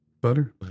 Butter